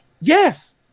Yes